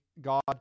God